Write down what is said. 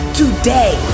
today